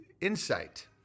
insight